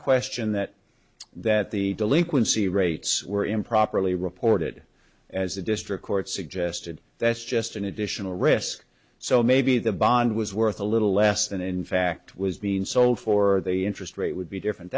question that that the delinquency rates were improperly reported as a district court suggested that's just an additional risk so maybe the bond was worth a little less than in fact was being sold for the interest rate would be different